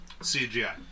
CGI